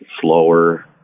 slower